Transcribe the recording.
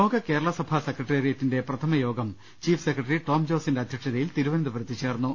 ലോക കേരള സഭാ സെക്രട്ടേറിയറ്റിന്റെ പ്രഥമയോഗം ചീഫ് സെക്ര ട്ടറി ടോം ജോസിന്റെ അധ്യക്ഷതയിൽ തിരുവനന്തപുരത്ത് ചേർന്നു